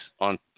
on